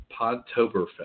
Podtoberfest